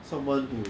someone who